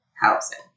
housing